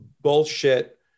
bullshit